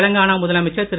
தெலங்கானா முதலமைச்சர் திரு